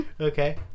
okay